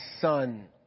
son